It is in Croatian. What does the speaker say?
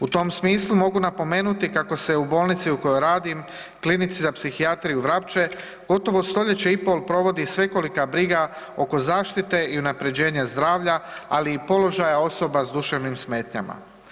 U tom smislu mogu napomenuti kako se u bolnici u kojoj radim, Klinici za psihijatriju Vrapče gotovo stoljeće i pol provodi svekolika briga oko zaštite i unapređenja zdravlja, ali i položaja osoba s duševnim smetnjama.